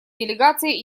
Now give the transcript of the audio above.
делегацией